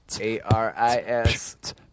A-R-I-S